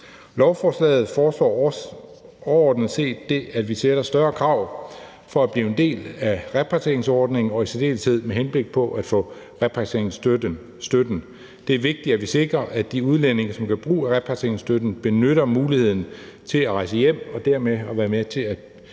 Lovforslaget foreslår også overordnet set det, at vi stiller større krav i forhold til at blive en del af repatrieringsordningen, i særdeleshed med henblik på at få repatrieringsstøtte. Det er vigtigt, at vi sikrer, at de udlændinge, som gør brug af repatrieringsstøtten, benytter muligheden til at rejse hjem og dermed være med til at